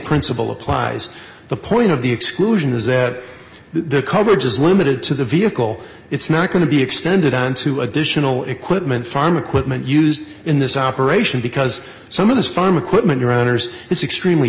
principle applies the point of the exclusion is that their coverage is limited to the vehicle it's not going to be extended onto additional equipment farm equipment used in this operation because some of this farm equipment around hers is extremely